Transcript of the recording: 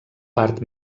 part